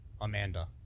Amanda